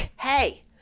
hey